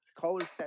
colors